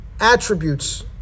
attributes